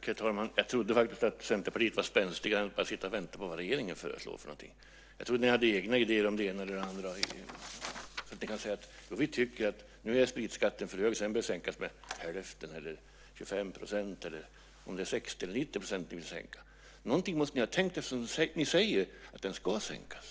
Herr talman! Jag trodde faktiskt att Centerpartiet var spänstigare än att bara sitta och vänta på vad regeringen föreslår. Jag trodde att ni hade egna idéer om det ena och det andra och skulle kunna säga att ni tycker att spritskatten är för hög och behöver sänkas med hälften, 25 % eller 60 % eller 90 %. Någonting måste ni ha tänkt eftersom ni säger att den ska sänkas.